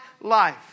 life